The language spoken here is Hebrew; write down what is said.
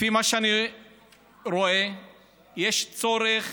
לפי מה שאני רואה יש צורך